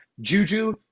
Juju